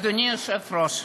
אדוני היושב-ראש,